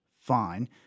fine